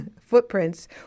footprints